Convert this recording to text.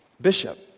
bishop